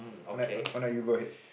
why not why not you go ahead